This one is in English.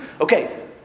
Okay